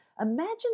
Imagine